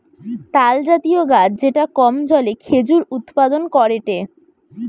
তালজাতীয় গাছ যেটা কম জলে খেজুর উৎপাদন করেটে